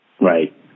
Right